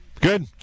Good